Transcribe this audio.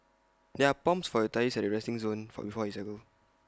there are pumps for your tyres at the resting zone before you cycle